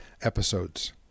episodes